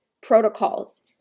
protocols